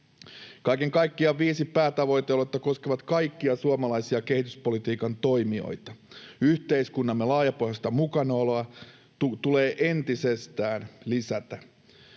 Kaiken kaikkiaan viisi päätavoitealuetta koskevat kaikkia suomalaisia kehityspolitiikan toimijoita. Yhteiskuntamme laajapohjaista mukanaoloa tulee entisestään lisätä,